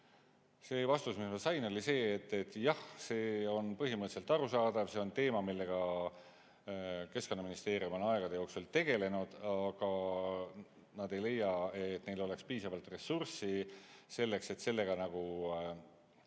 Vastus, mille ma sain, oli see, et jah, see on põhimõtteliselt arusaadav, see on teema, millega Keskkonnaministeerium on aegade jooksul tegelenud, aga nad ei leia, et neil oleks piisavalt ressurssi, et sellega nagu